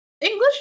English